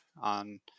on